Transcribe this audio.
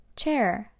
chair